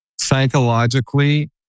psychologically